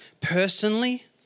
personally